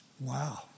Wow